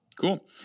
Cool